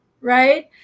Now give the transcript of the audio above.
right